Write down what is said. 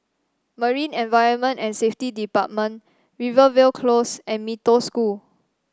Marine Environment and Safety Department Rivervale Close and Mee Toh School